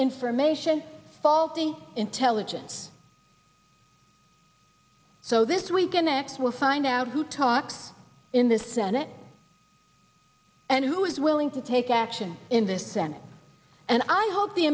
information faulty intelligence so this we connect will find out who taught in the senate and who is willing to take action in the senate and i hope the